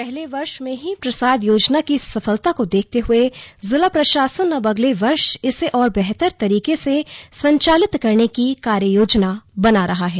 पहले वर्ष में ही प्रसाद योजना की सफलता को देखते हुए जिला प्रशासन अब अगले वर्ष इसे और बेहतर तरीके से संचालित करने की कार्ययोजना बना रहा है